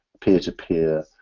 peer-to-peer